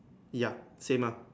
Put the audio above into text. ya same meh